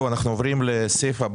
אני פותח את ישיבת ועדת הכספים.